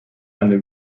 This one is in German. eine